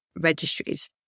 registries